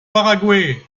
paraguay